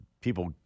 People